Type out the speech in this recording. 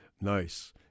Nice